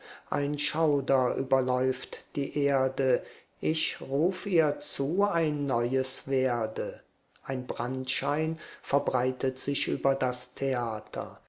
ein schauder überläuft die erde ich ruf ihr zu ein neues werde ein brandschein verbreitet sich über das theater